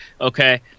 Okay